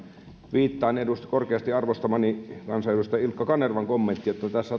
viittaan korkeasti arvostamani kansanedustaja ilkka kanervan kommenttiin että tässä